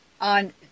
on